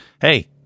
hey